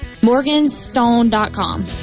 Morganstone.com